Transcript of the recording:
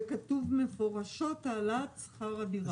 וכתוב במפורש: העלאת שכר הדירה.